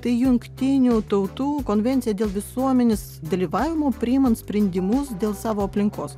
tai jungtinių tautų konvencija dėl visuomenės dalyvavimų priimant sprendimus dėl savo aplinkos